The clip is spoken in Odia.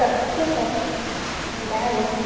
ପ୍ରତ୍ୟେକ ଡ୍ୟାନ୍ସ